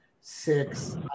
six